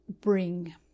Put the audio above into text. bring